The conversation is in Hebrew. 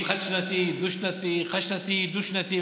מתווכחים: חד-שנתי, דו-שנתי, חד-שנתי, דו-שנתי.